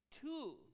Two